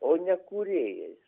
o ne kūrėjais